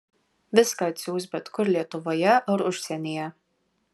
viską atsiųs bet kur lietuvoje ar užsienyje